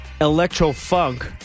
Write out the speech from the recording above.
electro-funk